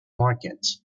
market